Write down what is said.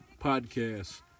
podcast